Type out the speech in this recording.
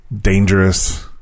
dangerous